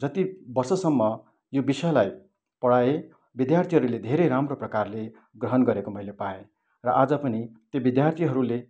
जति बर्षसम्म यो बिषयलाई पढाएँ विद्यार्थीहरूले धेरै राम्रो प्रकारले ग्रहण गरेको मैले पाएँ र आज पनि त्यो विद्यार्थीहरूले